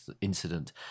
incident